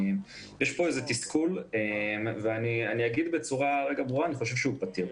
אומרים שיש פה תסכול ואני אגיד בצורה ברורה: אני חושב שהוא פתיר.